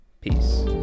Peace